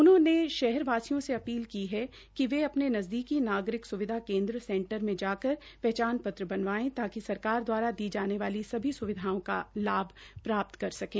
उन्होंने शहर वासियों से अपील की है कि वे अपने नज़दीकी नागरिक सुविधा केन्द्र में जाकर पहचान पत्र बनवाये ताकि सरकार द्वारा दी जाने वाली सुविधाओं का लाभ प्राप्त कर सकें